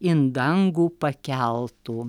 in dangų pakeltų